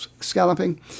scalloping